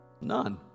None